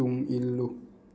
ꯇꯨꯡ ꯏꯜꯂꯨ